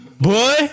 boy